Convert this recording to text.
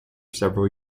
several